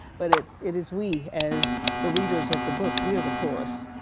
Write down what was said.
but it it is we as the readers of the book, we are the chorus.